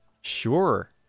Sure